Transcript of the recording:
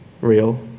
real